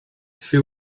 she